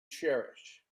cherish